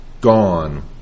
gone